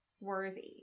worthy